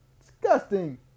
disgusting